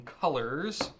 colors